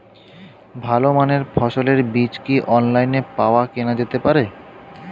ভালো মানের ফসলের বীজ কি অনলাইনে পাওয়া কেনা যেতে পারে?